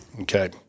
Okay